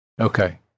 Okay